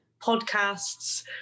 podcasts